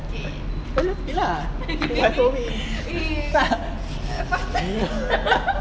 roller skate lah tak